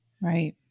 Right